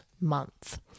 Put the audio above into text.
month